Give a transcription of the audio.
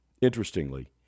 Interestingly